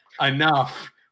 enough